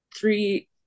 three